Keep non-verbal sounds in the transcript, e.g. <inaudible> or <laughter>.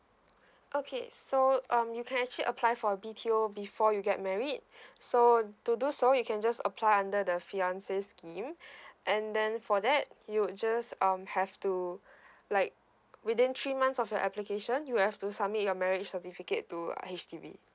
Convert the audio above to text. okay so um you can actually apply for a B_T_O before you get married <breath> so to do so you can just apply under the fiancé scheme <breath> and then for that you would just um have to like within three months of your application you have to submit your marriage certificate to H_D_B